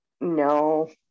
no